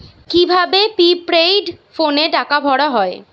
কি ভাবে প্রিপেইড ফোনে টাকা ভরা হয়?